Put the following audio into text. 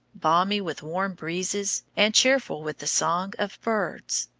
balmy with warm breezes and cheerful with the song of birds.